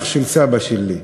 אח של סבא שלי,